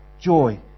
joy